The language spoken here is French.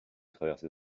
traverser